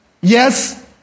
yes